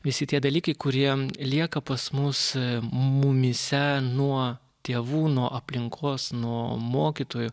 visi tie dalykai kurie lieka pas mus mumyse nuo tėvų nuo aplinkos nuo mokytojų